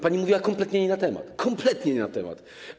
Pani mówiła kompletnie nie na temat, kompletnie nie na temat.